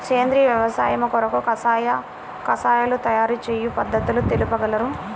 సేంద్రియ వ్యవసాయము కొరకు కషాయాల తయారు చేయు పద్ధతులు తెలుపగలరు?